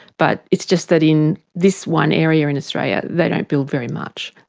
but it's just that in this one area in australia they don't build very much,